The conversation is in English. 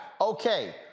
Okay